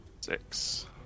Six